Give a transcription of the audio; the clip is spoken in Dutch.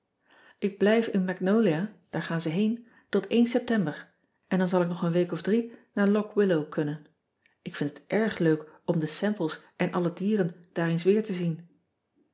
k blijf in agnolia daar gaan ze heen tot eptember en dan zal ik nog een week of drie naar ock illow kunnen k vind het erg leuk om de emples en alle dieren daar eens weer te zien